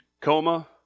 coma